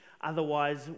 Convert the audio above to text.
otherwise